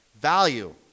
Value